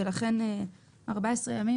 ולכן 14 ימים,